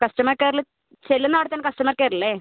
customer കെയറിൽ ചെല്ലുന്നിടത്ത് തന്നെ കസ്റ്റമർ കെയർ ഇല്ലേ